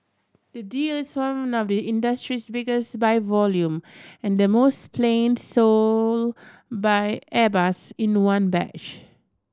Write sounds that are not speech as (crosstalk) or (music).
the deal is one (unintelligible) industry's biggest by volume and the most planes sold by Airbus in one batch